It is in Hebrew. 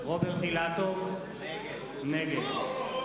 רוברט אילטוב, נגד או,